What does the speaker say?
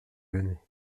venait